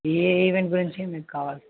ఏ ఏ ఈవెంట్ గురించి మీకు కావాలి